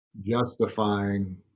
justifying